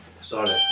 Sorry